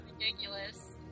ridiculous